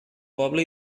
poble